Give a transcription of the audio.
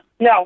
No